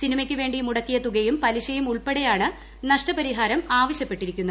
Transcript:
സിനിമയ്ക്കുവേണ്ടി മുടക്കിയ തുകയും പലിശയും ഉൾപ്പെടെയാണ് നഷ്ടപരിഹാരം ആവശ്യപ്പെട്ടിരിക്കുന്നത്